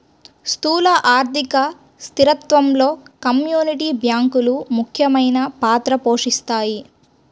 స్థూల ఆర్థిక స్థిరత్వంలో కమ్యూనిటీ బ్యాంకులు ముఖ్యమైన పాత్ర పోషిస్తాయి